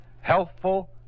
Healthful